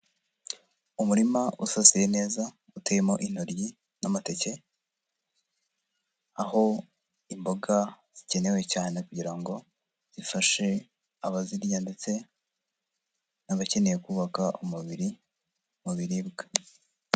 Umurima usasiye neza uteyemo intoryi n'amateke, aho imboga zikenewe cyane kugira ngo zifashe abazirya ndetse n'abakeneye kubaka umubiri mu biribwa.